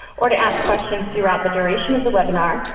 or to ask questions throughout the duration of the webinar.